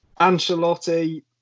Ancelotti